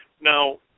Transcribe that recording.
Now